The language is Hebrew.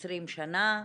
20 שנה.